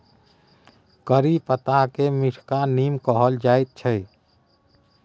करी पत्ताकेँ मीठका नीम कहल जाइत छै